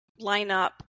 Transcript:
lineup